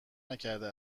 نکرده